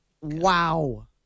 wow